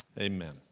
amen